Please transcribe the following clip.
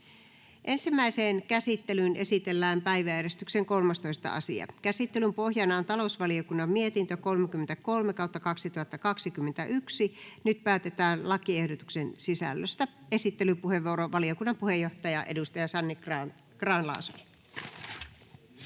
Ensimmäiseen käsittelyyn esitellään päiväjärjestyksen 13. asia. Käsittelyn pohjana on talousvaliokunnan mietintö TaVM 33/2021 vp. Nyt päätetään lakiehdotuksen sisällöstä. — Esittelypuheenvuoro, valiokunnan puheenjohtaja, edustaja Sanni Grahn-Laasonen.